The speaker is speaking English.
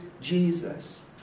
Jesus